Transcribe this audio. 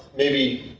maybe.